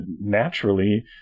naturally